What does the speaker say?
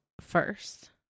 first